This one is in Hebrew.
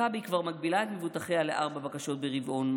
מכבי כבר מגבילה את מבוטחיה לארבע בקשות ברבעון,